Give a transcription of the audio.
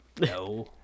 no